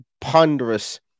ponderous